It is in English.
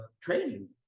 training